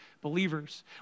believers